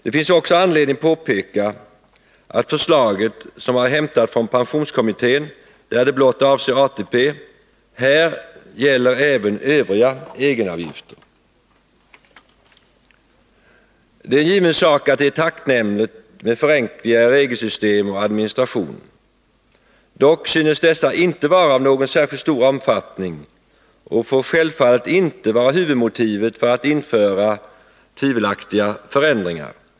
Det finns också anledning påpeka att förslaget, som är hämtat från pensionskommittén, där det blott avser ATP, här gäller även övriga egenavgifter. Det är en given sak att det är tacknämligt med förenklingar i regelsystem och administration. Dock synes dessa inte vara av någon särskilt stor omfattning och får självfallet inte vara huvudmotivet för att införa tvivelaktiga förändringar.